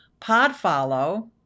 PodFollow